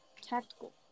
tactical